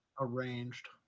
Arranged